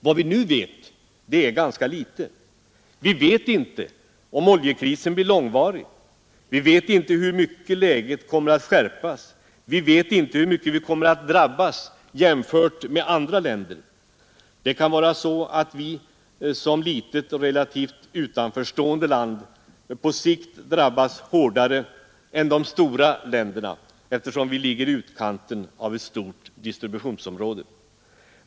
Vad vi nu vet är ganska litet. Vi vet inte om oljekrisen blir långvarig, vi vet inte hur mycket läget kommer att skärpas, vi vet inte hur mycket vi kommer att drabbas jämfört med andra länder. Det kan vara så att vårt land som litet — och relativt utanförstående — på sikt drabbas hårdare än de stora länderna, eftersom det ligger i utkanten av ett stort distributionsområde.